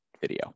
video